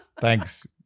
Thanks